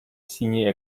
синей